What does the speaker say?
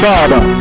Father